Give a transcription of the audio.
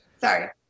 Sorry